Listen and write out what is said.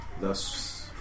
Thus